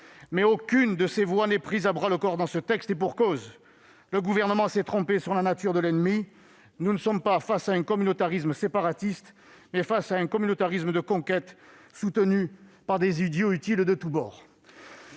Aucune de ces voies n'est prise à bras le corps dans ce texte. Et pour cause ! Le Gouvernement s'est trompé sur la nature de l'ennemi : nous sommes, non pas face à un communautarisme séparatiste, mais face à un communautarisme de conquête soutenu par des idiots utiles de tous bords.